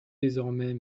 désormais